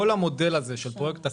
כל המודל הזה של פרויקט להשכיר,